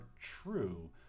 true